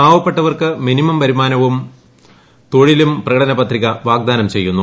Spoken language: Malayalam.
പാവപ്പെട്ടവർക്ക് മിനിമം വരുമാനവും തൊഴിലും പ്രകടന പത്രിക വാഗ്ദാനം ചെയ്യുന്നു